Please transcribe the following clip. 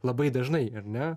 labai dažnai ar ne